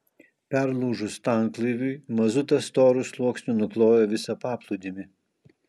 perlūžus tanklaiviui mazutas storu sluoksniu nuklojo visą paplūdimį